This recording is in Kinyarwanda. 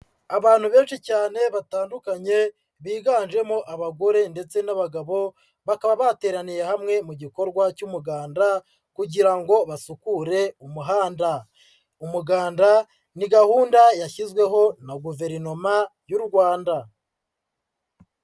Abantu benshi cyane batandukanye, biganjemo abagore ndetse n'abagabo, bakaba bateraniye hamwe mu gikorwa cy'umuganda kugira ngo basukure umuhanda. Umuganda ni gahunda yashyizweho na Guverinoma y'u Rwanda.